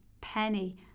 penny